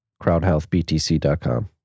crowdhealthbtc.com